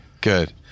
Good